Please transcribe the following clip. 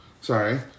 sorry